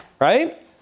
right